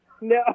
No